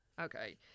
Okay